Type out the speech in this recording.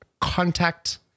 contact